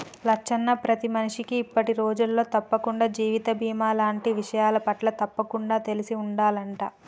లచ్చన్న ప్రతి మనిషికి ఇప్పటి రోజులలో తప్పకుండా జీవిత బీమా లాంటి విషయాలపట్ల తప్పకుండా తెలిసి ఉండాలంట